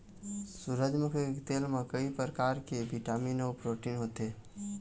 सूरजमुखी के तेल म कइ परकार के बिटामिन अउ प्रोटीन होथे